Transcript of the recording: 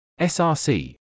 src